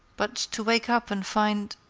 but to wake up and find